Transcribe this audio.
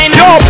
yo